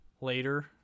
later